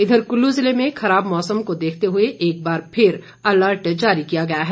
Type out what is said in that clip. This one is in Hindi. इधर कुल्लू जिले में खराब मौसम को देखते हुए एक बार फिर अलर्ट जारी किया गया है